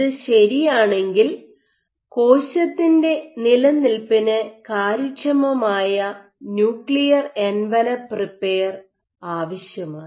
ഇത് ശരിയാണെങ്കിൽ കോശത്തിൻ്റെ നിലനിൽപ്പിന് കാര്യക്ഷമമായ ന്യൂക്ലിയർ എൻവലപ്പ് റിപ്പയർ ആവശ്യമാണ്